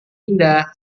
indah